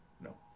No